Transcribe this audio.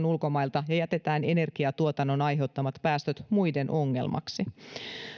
ulkomailta ja jätetään energiatuotannon aiheuttamat päästöt muiden ongelmaksi